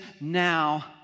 now